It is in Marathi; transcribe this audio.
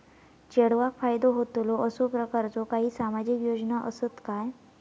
चेडवाक फायदो होतलो असो प्रकारचा काही सामाजिक योजना असात काय?